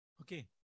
Okay